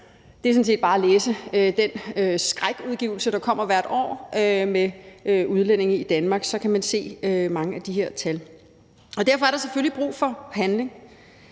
Det er sådan set bare at læse den skrækudgivelse, der kommer hvert år omhandlende udlændinge i Danmark, for så kan man se mange af de her tal, og derfor er der selvfølgelig brug for handling.